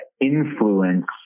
influence